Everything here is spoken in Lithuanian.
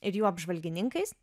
ir jų apžvalgininkais